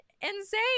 insane